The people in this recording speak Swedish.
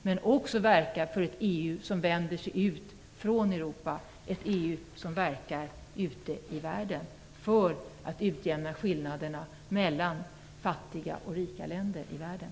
Men det gäller också att verka för ett EU som vänder sig ut från Europa, ett EU som verkar för att utjämna skillnaderna mellan fattiga och rika länder i världen.